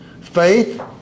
faith